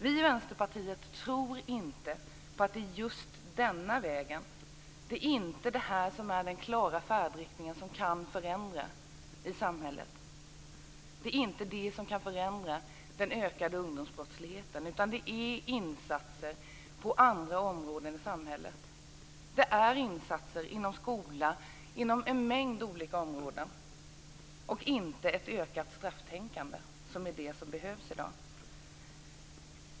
Vi i Vänsterpartiet tror inte på att det är just denna väg som är den klara färdriktning som kan förändra samhället. Det är inte det som kan förändra den ökade ungdomsbrottsligheten. Det är insatser på andra områden i samhället som kan förändra. Det är insatser inom skolan och inom en mängd olika områden, inte ett ökat strafftänkande, som behövs i dag.